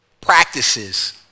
practices